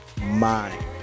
mind